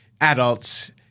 adults